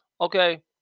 Okay